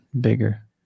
bigger